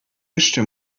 jeszcze